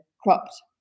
cropped